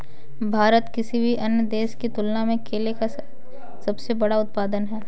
भारत किसी भी अन्य देश की तुलना में केले का सबसे बड़ा उत्पादक है